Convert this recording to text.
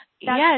Yes